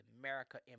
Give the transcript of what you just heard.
America